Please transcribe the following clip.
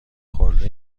خورده